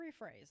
rephrase